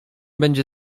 będzie